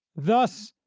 thus,